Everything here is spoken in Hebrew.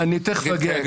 אני תיכף אגיע.